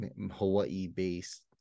Hawaii-based